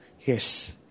Yes